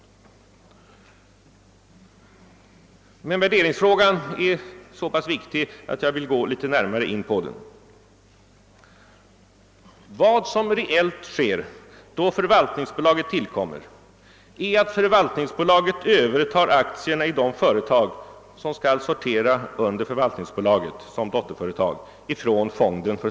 Värderingsfrågan är emellertid så viktig att jag vill gå litet närmare in på den. Vad som reellt sker då förvaltningsbolaget tillkommer är att detta bolag från fonden för statens aktier övertar aktierna i de företag som skall sortera under det som bottenföretag.